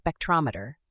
spectrometer